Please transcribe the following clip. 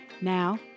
Now